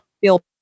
Feel